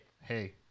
hey